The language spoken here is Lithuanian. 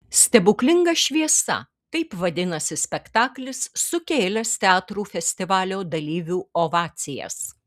stebuklinga šviesa taip vadinasi spektaklis sukėlęs teatrų festivalio dalyvių ovacijas